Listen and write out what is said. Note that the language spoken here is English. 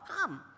come